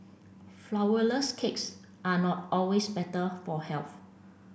Flourless cakes are not always better for health